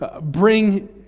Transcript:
bring